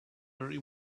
very